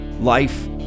life